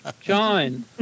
John